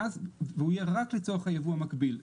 ואז הוא יהיה רק לצורך הייבוא המקביל.